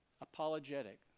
apologetic